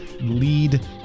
lead